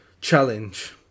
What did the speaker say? challenge